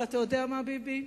אבל אתה יודע מה, ביבי?